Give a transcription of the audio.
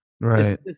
Right